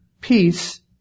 peace